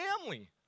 family